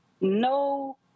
No